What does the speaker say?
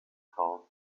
called